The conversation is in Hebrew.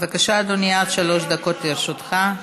בבקשה, אדוני, עד שלוש דקות לרשותך.